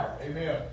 Amen